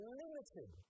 limited